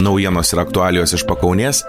naujienos ir aktualijos iš pakaunės